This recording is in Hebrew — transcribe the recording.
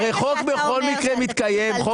הרי חוק בכל מקרה מתקיים.